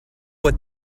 with